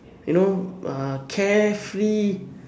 you know uh carefree